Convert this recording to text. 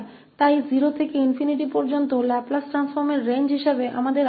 इसलिए 0 से ∞ तक जैसा कि हमारे पास लाप्लास ट्रांसफॉर्म की सीमा है